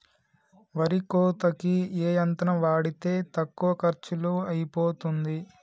వరి కోతకి ఏ యంత్రం వాడితే తక్కువ ఖర్చులో అయిపోతుంది?